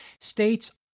state's